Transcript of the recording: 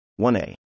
1A